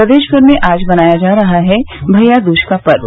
प्रदेश भर में आज मनाया जा रहा है भैयया दूज का पर्व